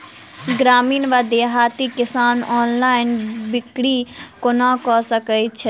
ग्रामीण वा देहाती किसान ऑनलाइन बिक्री कोना कऽ सकै छैथि?